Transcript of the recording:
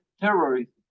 terrorism